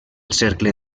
cercle